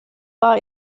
war